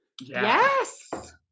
Yes